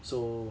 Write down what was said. so